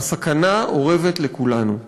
הסכנה אורבת לכולנו.